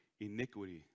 iniquity